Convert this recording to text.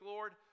Lord